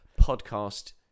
podcast